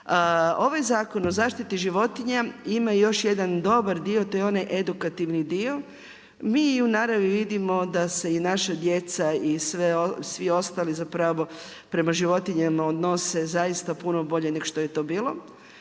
Ovaj Zakon o zaštiti životinja ima još jedan dobar dio, to je onaj edukativni dio. Mi u naravni vidimo da se i naša djeca i svi ostali prema životinjama odnose zaista puno bolje nego što je to bilo.